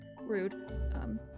rude